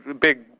big